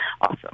awesome